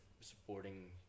supporting